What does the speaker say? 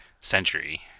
Century